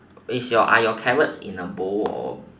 is your are your carrots in a bowl or